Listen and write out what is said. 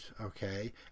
okay